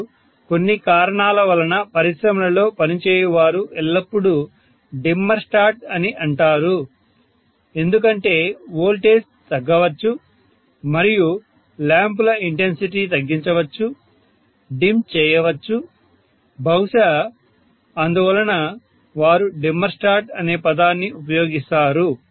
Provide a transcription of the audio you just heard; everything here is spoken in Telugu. మరియు కొన్ని కారణాల వలన పరిశ్రమలలో పని చేయువారు ఎల్లప్పుడూ డిమ్మర్ స్టాట్ అని అంటారు ఎందుకంటే వోల్టేజ్ తగ్గవచ్చు మరియు ల్యాంపుల ఇంటెన్సిటీ తగ్గించవచ్చు డిమ్ చేయవచ్చు బహుశా అందువలన వారు డిమ్మర్ స్టాట్ అనే పదాన్ని ఉపయోగిస్తారు